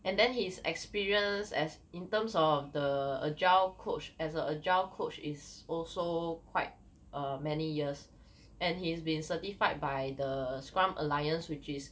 and then his experience as in terms of the agile coach as a agile coach is also quite err many years and he's been certified by the scrum alliance which is